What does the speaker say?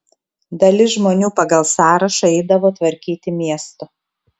dalis žmonių pagal sąrašą eidavo tvarkyti miesto